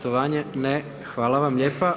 Ne, hvala vam lijepa.